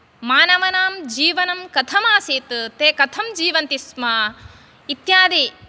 मानवानां जीवनं कथं आसीत् ते कथं जीवन्ति स्म इत्यादि